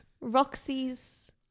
Roxy's